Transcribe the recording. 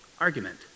argument